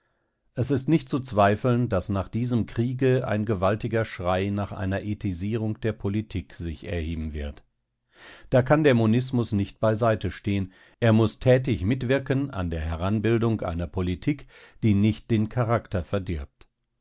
es ist nicht zu zweifeln daß nach diesem kriege ein gewaltiger schrei nach einer ethisierung der politik sich erheben wird da kann der monismus nicht beiseite stehen er muß tätig mitwirken an der heranbildung einer politik die nicht den charakter verdirbt